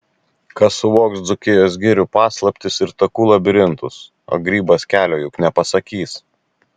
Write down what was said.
kas suvoks dzūkijos girių paslaptis ir takų labirintus o grybas kelio juk nepasakys